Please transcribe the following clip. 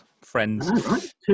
friends